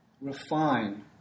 refine